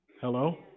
Hello